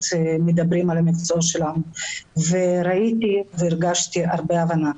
מדברים על המקצוע שלנו וראיתי והרגשתי הרבה הבנה.